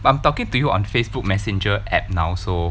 but I'm talking to you on Facebook messenger app now so